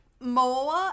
more